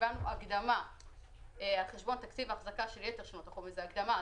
כשקיבלנו הקדמה על חשבון תקציב האחזקה של יתר שנות החומש הקדמה,